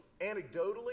anecdotally